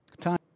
time